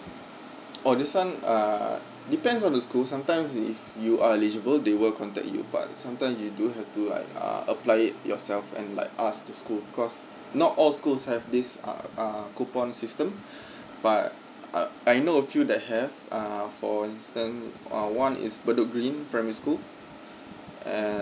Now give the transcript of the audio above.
for this [one] uh depends on the school sometimes if you are eligible they will contact you but sometime you do have to like uh apply it yourself and like ask the school because not all schools have this uh uh coupon system but uh I know a few that have uh for this then uh one is going to be in primary school mm and